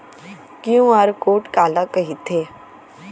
QR code काला कहिथे?